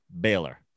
Baylor